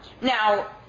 now